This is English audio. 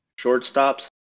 shortstops